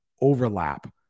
overlap